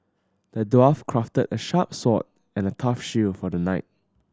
the dwarf crafted a sharp sword and a tough shield for the knight